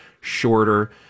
shorter